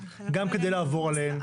גם כדי לעבור עליהן,